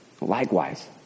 Likewise